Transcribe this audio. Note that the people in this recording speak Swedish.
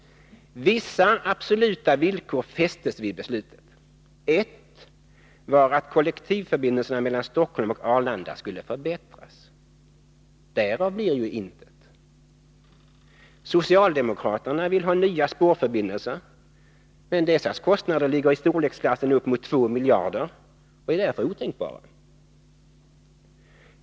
Vissa absoluta villkor fästes vid beslutet. Ett var att kollektivförbindelserna mellan Stockholm och Arlanda skulle förbättras. Därav blir ju intet. Socialdemokraterna vill ha nya spårförbindelser, men kostnaderna för dessa ligger i storleksklassen upp mot två miljarder och är därför otänkbara.